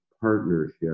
partnership